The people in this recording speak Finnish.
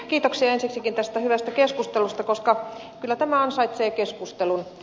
kiitoksia ensiksikin tästä hyvästä keskustelusta koska kyllä tämä ansaitsee keskustelun